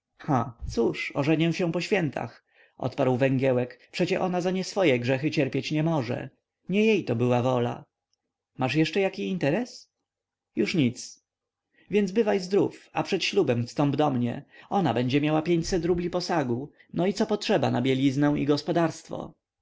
ha cóż ożenię się po świętach odparł węgiełek przecie ona za nieswoje grzechy cierpić nie może nie jej to była wola masz jeszcze jaki interes już nic więc bywaj zdrów a przed ślubem wstąp do mnie ona będzie miała rubli posagu no i co potrzeba na bieliznę i gospodarstwo